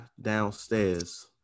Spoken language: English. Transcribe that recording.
downstairs